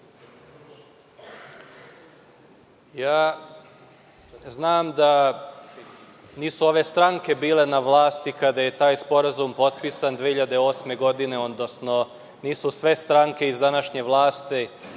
da nisu ove stranke bile na vlasti kada je taj sporazum potpisan 2008. godine, odnosno nisu sve stranke iz današnje vlasti